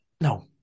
No